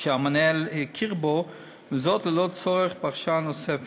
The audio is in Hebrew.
שהמנהל הכיר בו, וזאת ללא צורך בהכשרה נוספת.